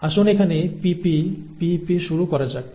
আসুন এখানে pp p p শুরু করা যাক